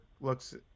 looks